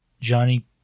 Johnny